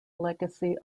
legacy